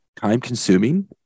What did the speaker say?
time-consuming